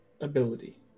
ability